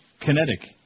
Kinetic